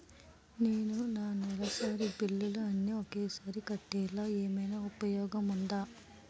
నేను నా నెలసరి బిల్లులు అన్ని ఒకేసారి కట్టేలాగా ఏమైనా ఉపాయం ఉందా?